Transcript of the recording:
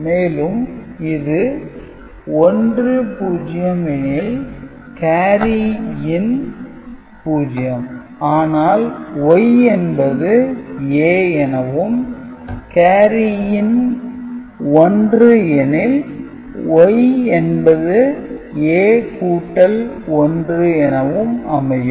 மேலும் இது 10 எனில் கேரி இன் 0 ஆனால் Y என்பது A எனவும் கேரியின் 1 எனில் Y என்பது A கூட்டல் 1 எனவும் அமையும்